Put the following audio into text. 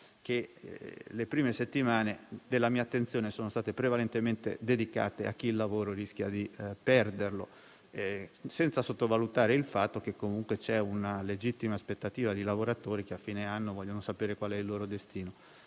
che nelle prime settimane la mia attenzione è stata prevalentemente dedicata a chi il lavoro rischia di perderlo, senza sottovalutare il fatto che comunque c'è una legittima aspettativa di lavoratori che a fine anno vogliono sapere qual è il loro destino.